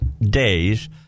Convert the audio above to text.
days